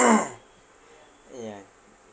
yeah